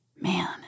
Man